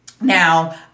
now